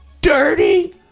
dirty